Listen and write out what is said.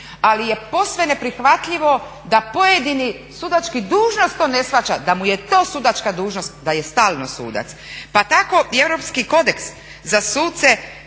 ali je posve neprihvatljivo da pojedini sudački dužnosnik ne shvaća da mu je to sudačka dužnost da je stalno sudac. Pa tako i Europski kodeks za suce